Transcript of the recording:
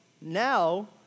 now